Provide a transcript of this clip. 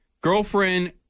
Girlfriend